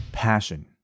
passion